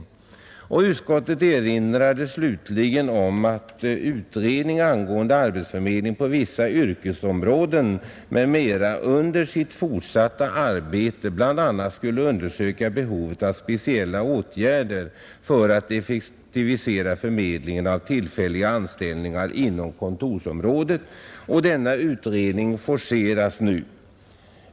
Utskottet erinrade slutligen om att utredning angående arbetsförmedling på vissa yrkesområden m., m, under sitt fortsatta arbete bl.a. skulle undersöka behovet av speciella åtgärder för att effektivisera förmedlingen av tillfälliga anställningar inom kontorsområdet. Denna utredning forceras nu.